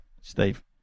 Steve